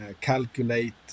calculate